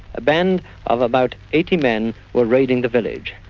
a band of about eighty men were raiding the village.